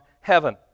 heaven